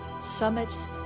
summits